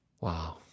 Wow